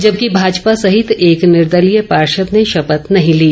जबकि भाजपा सहित एक निर्दलीय पार्षद ने शपथ नहीं ली